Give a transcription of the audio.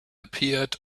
appeared